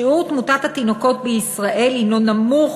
שיעור תמותת התינוקות בישראל הנו נמוך